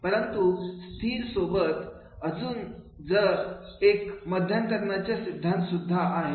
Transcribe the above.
परंतु स्थिर सोबत अजून एक मध्यंतराच्या सिद्धांत सुद्धा आहे